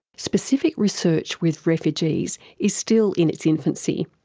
specific research with refugees is still in its infancy,